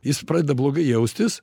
jis pradeda blogai jaustis